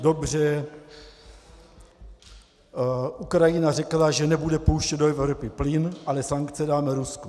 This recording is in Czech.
Dobře, Ukrajina řekla, že nebude pouštět do Evropy plyn, ale sankce dáme Rusku.